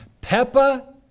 Peppa